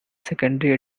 secondary